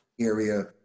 area